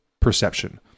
perception